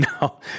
no